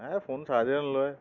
এই ফোন চাৰ্জেই নলয়